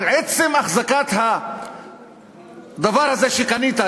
על עצם החזקת הדבר הזה שקנית,